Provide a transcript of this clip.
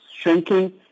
shrinking